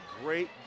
great